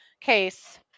case